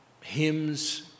hymns